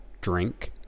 drink